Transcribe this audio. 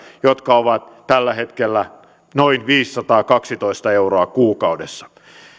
jotka ovat tällä hetkellä noin viisisataakaksitoista euroa kuukaudessa